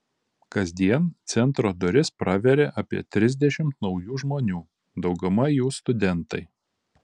kasdien centro duris praveria apie trisdešimt naujų žmonių dauguma jų studentai